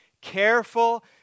careful